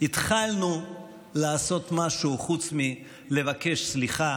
התחלנו לעשות משהו חוץ מלבקש סליחה